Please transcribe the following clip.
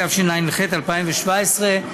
התשע"ח 2017,